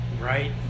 right